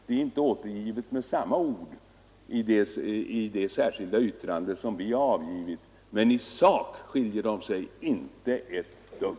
Det är inte återgivet med samma ord i det särskilda yttrande som vi har fogat till betänkandet, men i sak skiljer sig uttalandena inte ett dugg.